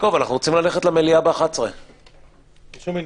לא התקבלה.